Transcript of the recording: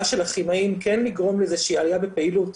של הכימאים כן לגרום לאיזושהי עלייה בפעילות,